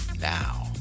Now